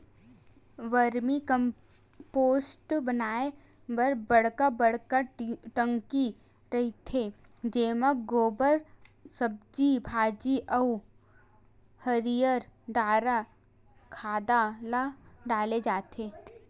vermi compost बनाए बर बड़का बड़का टंकी रहिथे जेमा गोबर, सब्जी भाजी अउ हरियर डारा खांधा ल डाले जाथे